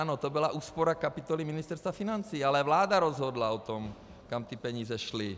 Ano, to byla úspora kapitoly Ministerstva financí, ale vláda rozhodla o tom, kam ty peníze šly.